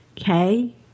okay